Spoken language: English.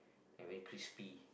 and very crispy